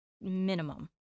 minimum